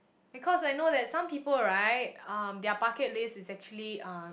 because I know that some people right um their bucket list is actually uh